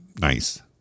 nice